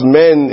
men